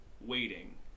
waiting